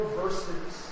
verses